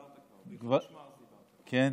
דיברת כבר, כן?